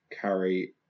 carry